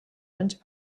anys